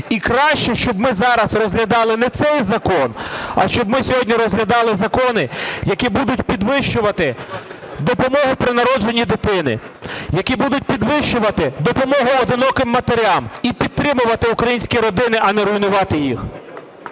І краще, щоб ми зараз розглядали не цей закон, а щоб ми сьогодні розглядали закони, які будуть підвищувати допомогу при народженні дитини, які будуть підвищувати допомогу одиноким матерям і підтримувати українські родини, а не руйнувати їх.